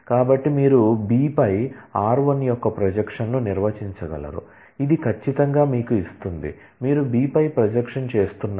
కాబట్టి మీరు B పై r1 యొక్క ప్రొజెక్షన్ను నిర్వచించగలరు ఇది ఖచ్చితంగా మీకు ఇస్తుంది మీరు B పై ప్రొజెక్షన్ చేస్తున్నారు